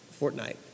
Fortnite